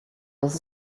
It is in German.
dass